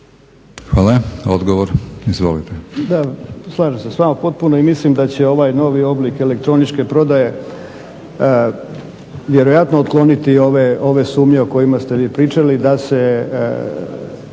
Hvala. Odgovor, izvolite.